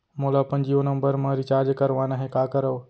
मोला अपन जियो नंबर म रिचार्ज करवाना हे, का करव?